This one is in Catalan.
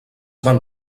van